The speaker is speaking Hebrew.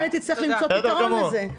אז לכן היא תצטרך למצוא פתרון לזה.